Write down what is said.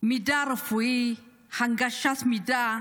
מידע רפואי, הנגשת מידע,